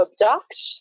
abduct